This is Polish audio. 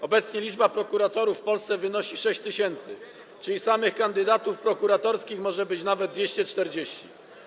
Obecnie liczba prokuratorów w Polsce wynosi 6 tys., czyli samych kandydatów prokuratorskich może być nawet 240.